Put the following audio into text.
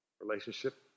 Relationship